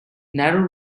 narrow